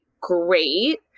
great